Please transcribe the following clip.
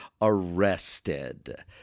arrested